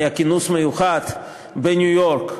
היה כינוס מיוחד בניו-יורק,